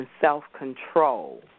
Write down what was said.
self-control